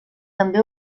també